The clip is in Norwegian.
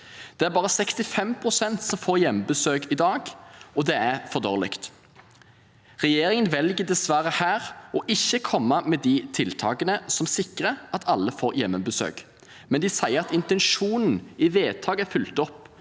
Det er bare 65 pst. som får hjemmebesøk i dag, og det er for dårlig. Regjeringen velger dessverre å ikke komme med de tiltakene som sikrer at alle får hjemmebesøk, men de sier at intensjonen i vedtaket er fulgt opp